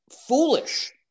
foolish